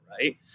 right